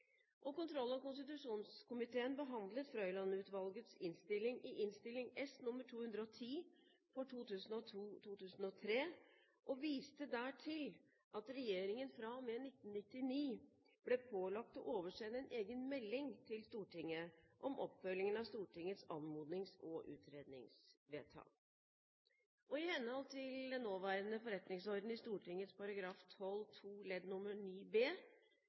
Kontroll- og konstitusjonskomiteen behandlet Frøiland-utvalgets innstilling i Innst. S. nr. 210 for 2002–2003, og viste der til at regjeringen fra og med 1999 ble pålagt å oversende en egen melding til Stortinget om oppfølgingen av Stortingets anmodnings- og utredningsvedtak. I henhold til nåværende forretningsorden i Stortinget § 12 andre ledd nr. 9 b